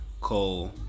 Cole